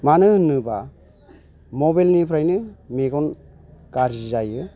मानो होनोबा मबाइलनिफ्राइनो मेगन गाज्रि जायो